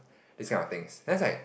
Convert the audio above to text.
this kind of things then I like